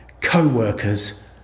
co-workers